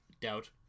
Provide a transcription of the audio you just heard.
Doubt